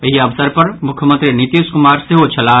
एहि अवसर पर मुख्यमंत्री नीतीश कुमार सेहो छलाह